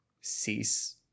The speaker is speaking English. cease